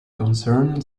concern